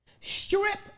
Strip